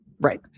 Right